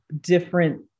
different